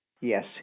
Yes